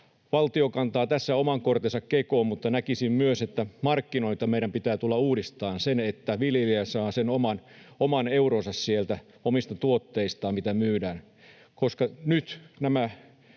Valtio kantaa tässä oman kortensa kekoon, mutta näkisin myös, että markkinoita meidän pitää tulla uudistamaan niin, että viljelijä saa sen oman euronsa omista tuotteistaan, mitä myydään,